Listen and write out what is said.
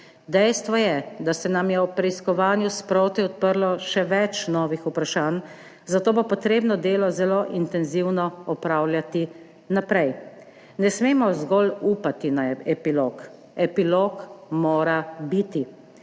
Dejstvo je, da se nam je ob preiskovanju sproti odprlo še več novih vprašanj, zato bo treba delo zelo intenzivno opravljati naprej. Ne smemo zgolj upati na epilog, epilog mora biti,